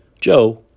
Joe